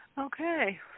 Okay